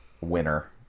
winner